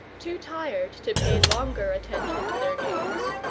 too tired to pay longer attention to their games,